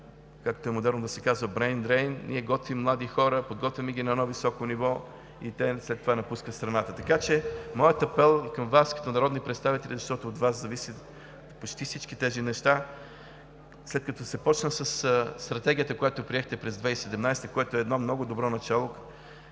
както е модерно да се казва, brain drain – ние готвим млади хора, подготвяме ги на едно високо ниво и те след това напускат страната. Така че моят апел към Вас като народни представители, защото от Вас зависят почти всички тези неща, след като се започна със Стратегията, която я приехте през 2017 г., което е много добро начало,